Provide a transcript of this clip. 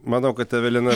manau kad evelina